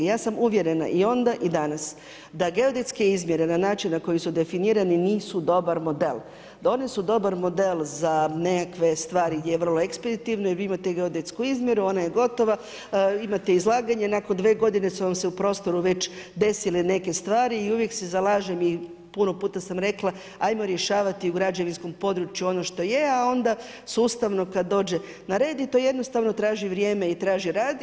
Ja sam uvjerena i onda i danas da geodetske izmjere na način na koji su definirani nisu dobar model, one su dobar model za nekakve stvari gdje je vrlo ekspeditivno jer vi imate geodetsku izmjeru ona je gotova, imate izlaganje, nakon dve godine su vam se u prostoru već desile neke stvari i uvijek se zalažem i puno puta sam rekla, ajmo rješavati u građevinskom području ono što je, a onda sustavno kada dođe na red i to jednostavno traži vrijeme i traži rad.